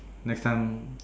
next time